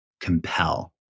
compel